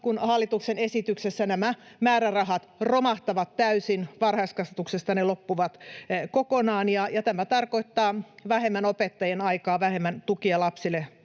Hallituksen esityksessä nämä määrärahat romahtavat täysin ja varhaiskasvatuksesta ne loppuvat kokonaan, mikä tarkoittaa vähemmän opettajien aikaa ja vähemmän tukea lapsille